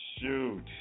shoot